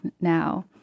now